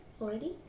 already